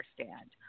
understand